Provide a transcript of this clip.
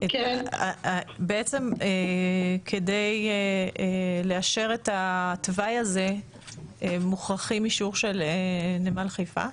בעצם כדי לאשר את התוואי הזה מוכרחים אישור של נמל חיפה?